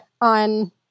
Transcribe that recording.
on